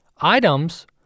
items